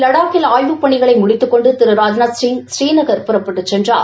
வடாக்கில் ஆய்வுப் பணிகளை முடித்துக் கொண்டு திரு ராஜ்நாத்சிங் ஸ்ரீநகர் புறப்பட்டுச் சென்றார்